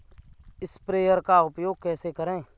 Sprayer का उपयोग कैसे करें?